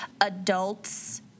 adults